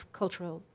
cultural